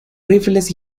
rifles